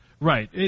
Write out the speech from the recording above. right